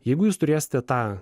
jeigu jūs turėsite tą